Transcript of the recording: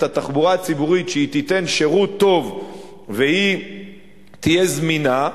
התחבורה הציבורית כדי שתיתן שירות טוב ותהיה זמינה,